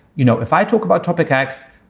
you know, if i talk about topic x,